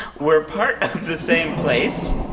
we're part of the same place.